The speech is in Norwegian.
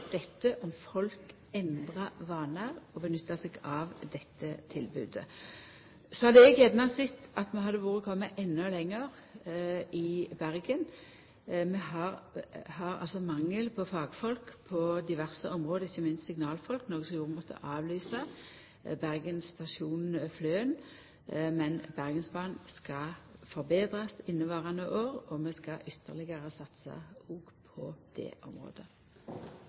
dette tilbodet. Så hadde eg gjerne sett at vi hadde kome endå lenger i Bergen. Vi har mangel på fagfolk på diverse område, ikkje minst signalfolk, noko som gjorde at vi måtte avlysa Bergen–Fløen, men Bergensbanen skal forbetrast inneverande år og vi skal ytterlegare satsa òg på det området.